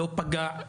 לא פגע,